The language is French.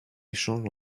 échange